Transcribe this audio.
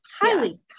highly